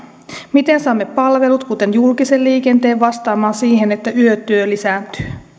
miten saamme palvelut kuten julkisen liikenteen vastaamaan siihen että yötyö lisääntyy